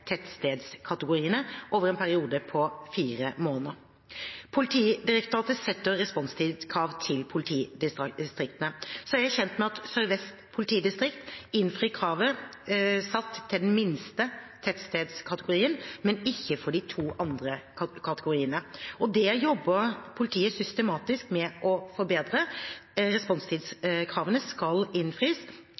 over en periode på fire måneder. Politidirektoratet setter responstidskrav til politidistriktene. Så er jeg kjent med at Sør-Vest politidistrikt innfrir kravet satt til den minste tettstedskategorien, men ikke for de to andre kategoriene. Det jobber politiet systematisk med å forbedre, for responstidskravene skal innfris